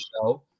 show